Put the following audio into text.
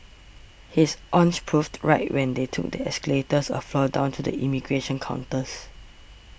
his hunch proved right when they took the escalators of floor down to the immigration counters